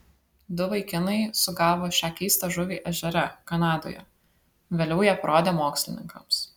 du vaikinai sugavo šią keistą žuvį ežere kanadoje vėliau ją parodė mokslininkams